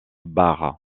barre